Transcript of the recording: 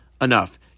enough